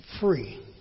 free